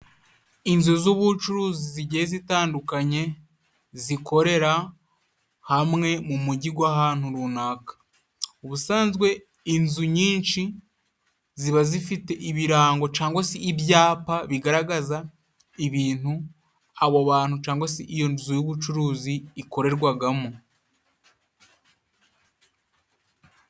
Inzu z'ubucuruzi zigiye zitandukanye zikorera hamwe mu mujyi gw'ahantu runaka . Ubusanzwe inzu nyinshi ziba zifite ibirango cangwa si ibyapa bigaragaza ibintu abo bantu cyangwa se iyo nzu y'ubucuruzi ikorerwagamo.